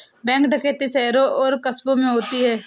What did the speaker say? bank डकैती शहरों और कस्बों में होती है